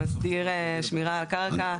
שמסדיר שמירה על הקרקע.